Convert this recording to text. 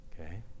Okay